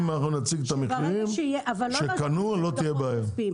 אם אנחנו נציג את המחירים שקנו, לא תהיה בעיה.